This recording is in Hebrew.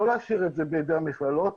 לא להשאיר את זה בידי המכללות,